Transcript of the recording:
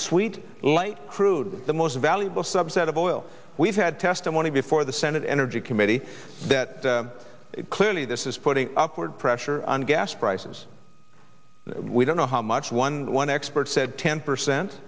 sweet light crude the most valuable subset of oil we've had testimony before the senate energy committee that clearly this is putting upward pressure on gas prices we don't know how much one one expert said ten percent